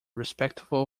respectful